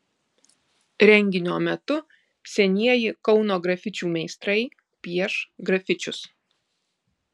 renginio metu senieji kauno grafičių meistrai pieš grafičius